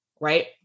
Right